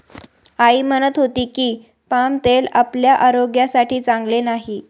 आई म्हणत होती की, पाम तेल आपल्या आरोग्यासाठी चांगले नाही